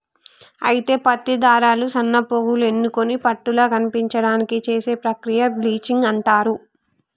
అయితే పత్తి దారాలు సన్నపోగులు ఎన్నుకొని పట్టుల కనిపించడానికి చేసే ప్రక్రియ బ్లీచింగ్ అంటారు